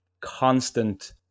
constant